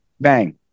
bang